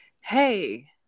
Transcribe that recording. hey